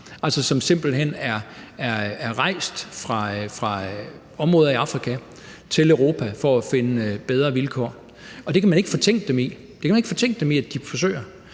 altså, som simpelt hen er rejst fra områder i Afrika til Europa for at finde bedre vilkår, og det kan man ikke fortænke dem i. Det kan man ikke fortænke dem i at de forsøger.